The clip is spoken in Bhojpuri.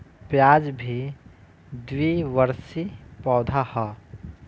प्याज भी द्विवर्षी पौधा हअ